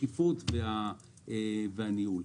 השקיפות והניהול.